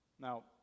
Now